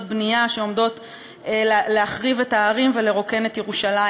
בנייה שעומדות להחריב את ההרים ולרוקן את ירושלים.